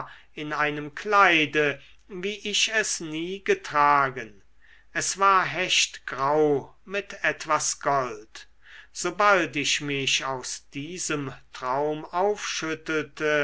in einem kleide wie ich es nie getragen es war hechtgrau mit etwas gold sobald ich mich aus diesem traum